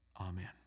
Amen